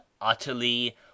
utterly